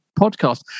podcast